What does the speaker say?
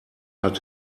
hat